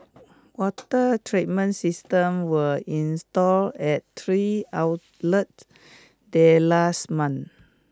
water treatment system were install at three outlet there last month